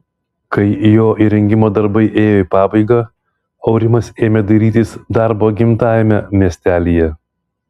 kai jo įrengimo darbai ėjo į pabaigą aurimas ėmė dairytis darbo gimtajame miestelyje